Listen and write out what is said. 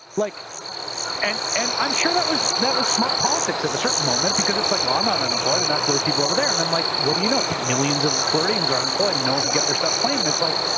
like and and i'm sure that was that was smart politics at a certain moment because it's like, well i'm not unemployed. and that's those people over there. and then like what do you know? millions of floridians are unemployed and no one can get their stuff claim. and it's like,